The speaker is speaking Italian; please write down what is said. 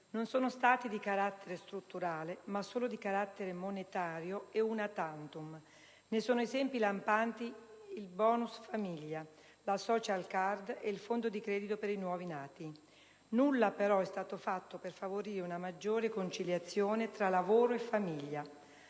non sono stati di carattere strutturale, ma solo di carattere monetario e *una* *tantum*. Ne sono esempi lampanti il *bonus* famiglia, la *social* *card* e il fondo di credito per i nuovi nati. Nulla però è stato fatto per favorire una maggiore conciliazione tra lavoro e famiglia.